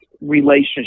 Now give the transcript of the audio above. relationship